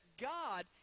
God